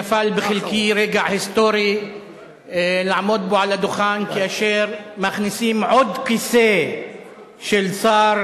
נפל בחלקי רגע היסטורי לעמוד פה על הדוכן כאשר מכניסים עוד כיסא של שר